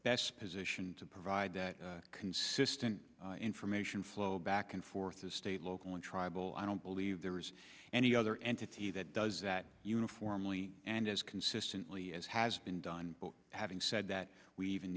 best position to provide consistent information flow back and forth the state local and tribal i don't believe there is any other entity that does that uniformly and as consistently as has been done having said that we even